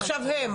עכשיו הם,